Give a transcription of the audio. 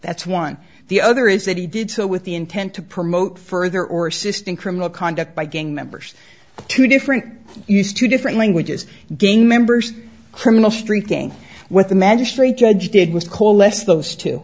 that's one the other is that he did so with the intent to promote further or assisting criminal conduct by gang members two different use two different languages gang members criminal street gangs with the magistrate judge did was coalesce those two